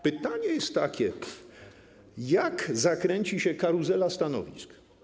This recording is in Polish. Pytanie jest takie: Jak zakręci się karuzela stanowisk?